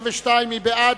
92). מי בעד?